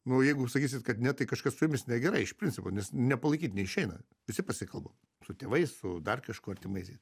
nu jeigu sakysit kad ne tai kažkas su jumis negerai iš principo nes nepalaikyt neišeina visi pasikalba su tėvais su dar kažkuo artimaisiais